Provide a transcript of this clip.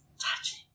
touching